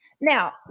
Now